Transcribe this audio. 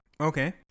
Okay